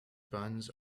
buns